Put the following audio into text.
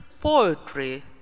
poetry